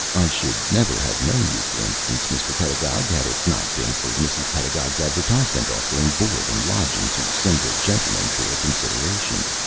i should never have known you, for instance, mr. pedagog, had it not been for mrs. pedagog's advertisement offering board and lodging to single gentlemen for a consideration.